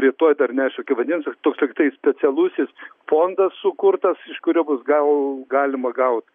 rytoj dar neaišku kaip vadinsis toks lygtai specialusis fondas sukurtas iš kurio bus gal galima gaut